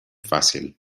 fàcil